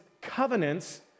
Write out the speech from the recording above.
covenants